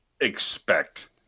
expect